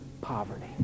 poverty